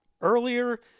earlier